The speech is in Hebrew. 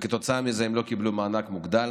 כתוצאה מזה הם לא קיבלו מענק מוגדל.